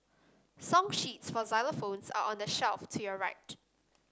song sheets for xylophones are on the shelf to your right